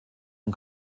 zum